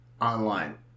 online